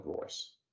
voice